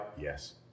Yes